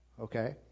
Okay